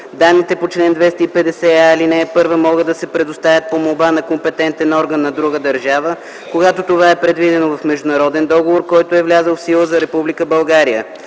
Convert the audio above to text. Данните по чл. 250а, ал. 1 могат да се предоставят по молба на компетентен орган на друга държава, когато това е предвидено в международен договор, който е влязъл в сила за